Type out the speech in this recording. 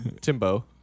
Timbo